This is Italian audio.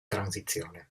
transizione